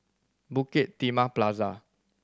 Bukit Timah Plaza